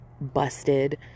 busted